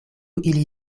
ili